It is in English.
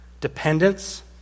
dependence